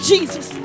Jesus